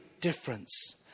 difference